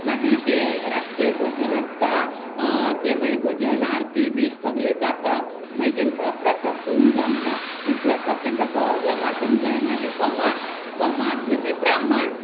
मागीर ते रातचे भजन आसता ते मागीर भजन आरती बी सगले जाता मागी तेंकां प्रसाद करूंक जाय आमकां मागीर प्रसाद तेंकां सगळ्यांक वांटूंक जाय मागीर सोमार सोमार मागीर ब्राहण